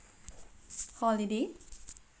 holiday